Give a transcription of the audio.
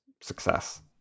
success